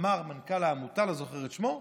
אמר מנכ"ל העמותה, אני לא זוכר את שמו: